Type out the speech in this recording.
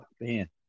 man